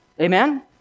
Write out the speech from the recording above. Amen